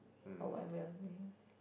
or whatever you're doing